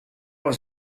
was